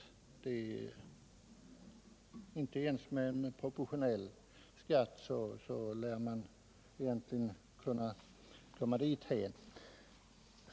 Inte ens med en proportionell skatt lär man kunna komma dithän.